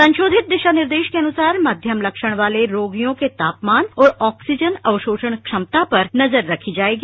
संशोधित दिशा निर्देश के अनुसार मध्यम लक्षण वाले रोगियों के तापमान और ऑक्सीजन अवशोषण क्षमता पर नजर रखी जाएगी